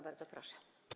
Bardzo proszę.